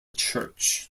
church